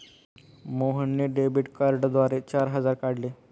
मोहनने डेबिट कार्डद्वारे चार हजार काढले